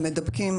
הם מדבקים.